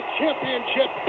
championship